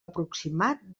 aproximat